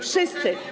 Wszyscy.